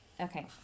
Okay